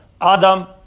Adam